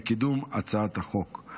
בקידום הצעת החוק.